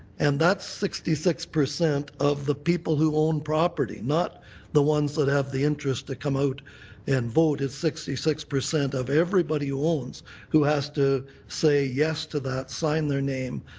and that's sixty six percent of the people who own property. not the ones that have the interest to come out and vote. it's sixty six percent of everybody who owns who has to say yes to that, sign their name,